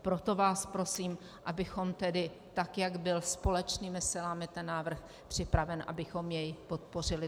Proto vás prosím, abychom tedy tak, jak byl společnými silami ten návrh připraven, abychom jej podpořili.